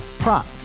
Prop